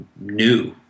new